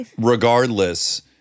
regardless